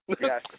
Yes